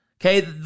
okay